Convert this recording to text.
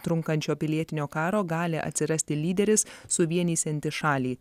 trunkančio pilietinio karo gali atsirasti lyderis suvienysiantis šalį